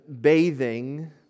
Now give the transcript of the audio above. bathing